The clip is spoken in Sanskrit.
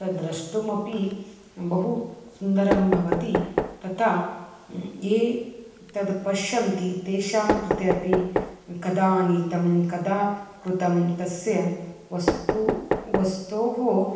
तत् द्रष्टुमपि बहु सुन्दरं भवति तथा ये तत् पश्यन्ति तेषां कृते अपि कदा आनीतं कदा कृतं तस्य वस्तु वस्तोः